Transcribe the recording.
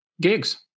gigs